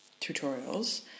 tutorials